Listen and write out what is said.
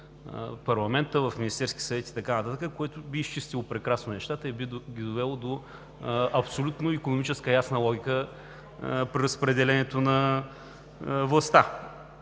в парламента, в Министерския съвет и така нататък, което би изчистило прекрасно нещата и би ги довело до абсолютно ясна икономическа логика при разпределението на властта.